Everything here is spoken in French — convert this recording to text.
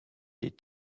des